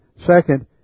Second